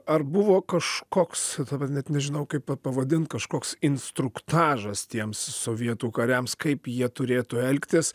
ar buvo kažkoks tada net nežinau kaip vat pavadint kažkoks instruktažas tiems sovietų kariams kaip jie turėtų elgtis